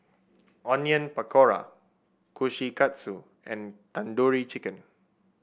Onion Pakora Kushikatsu and Tandoori Chicken